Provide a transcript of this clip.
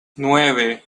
nueve